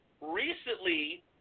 Recently